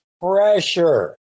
pressure